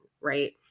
right